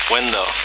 Window